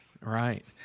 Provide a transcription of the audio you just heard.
Right